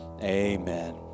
amen